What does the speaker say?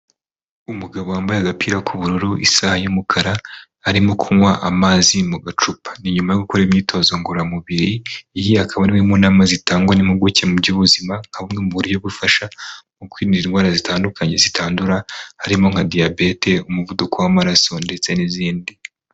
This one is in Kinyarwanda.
Umugabo wambaye agapira k'ubururu, isaha y'umukara, arimo kunywa amazi mu gacupa, ni nyuma yo gukora imyitozo ngororamubiri, iyi akaba ari imwe mu nama zitangwa n'impuguke mu by'ubuzima nka bumwe mu buryo bufasha mu kwirinda indwara zitandukanye zitandura, harimo nka diyabete, umuvuduko w'amaraso ndetse n'izindi.